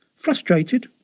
frustrated?